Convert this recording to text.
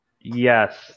Yes